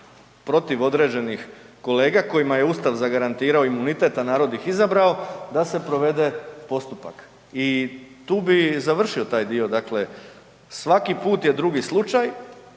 protiv određenih kolega kojima je Ustav zagarantirao imunitet, a narod ih izabrao da se provede postupak. I tu bi završio taj dio. Dakle, svaki put je drugi slučaj,